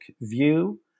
view